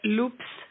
Loops